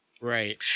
Right